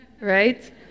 Right